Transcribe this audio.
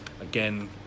again